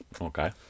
Okay